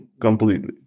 completely